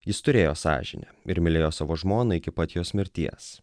jis turėjo sąžinę ir mylėjo savo žmoną iki pat jos mirties